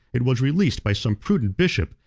it was released by some prudent bishop,